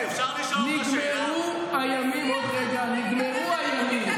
הבריאות והרווחה והחינוך במדינת ישראל,